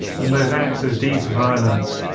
and those acts, those deeds of violence,